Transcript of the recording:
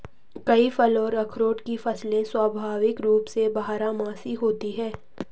कई फल और अखरोट की फसलें स्वाभाविक रूप से बारहमासी होती हैं